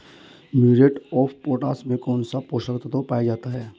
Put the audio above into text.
Muriate of potash में कौन सा पोषक तत्व पाया जाता है?